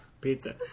pizza